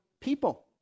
people